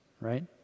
right